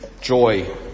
joy